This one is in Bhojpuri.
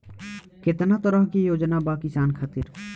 केतना तरह के योजना बा किसान खातिर?